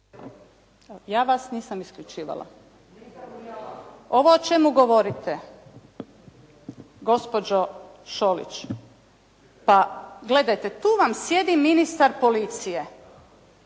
Ja vas nisam isključivala. Ovo o čemu govorite gospođo Šolić. Pa gledajte tu vam sjedi ministar policije.